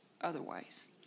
otherwise